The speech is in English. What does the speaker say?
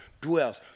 dwells